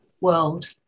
world